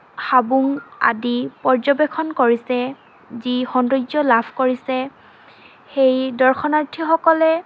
হাবুং আদি পৰ্যবেক্ষণ কৰিছে যি সৌন্দৰ্য লাভ কৰিছে সেই দৰ্শনাৰ্থীসকলে